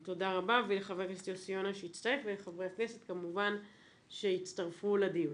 ולחבר הכנסתי יוסי יונה שהצטרף ולחברי הכנסת כמובן שהצטרפו לדיון.